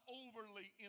overly